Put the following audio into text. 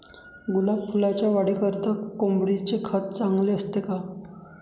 गुलाब फुलाच्या वाढीकरिता कोंबडीचे खत चांगले असते का?